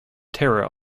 terra